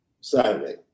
Saturday